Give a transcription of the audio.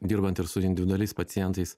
dirbant ir su individualiais pacientais